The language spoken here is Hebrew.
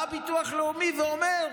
בא הביטוח הלאומי ואומר: